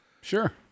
Sure